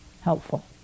helpful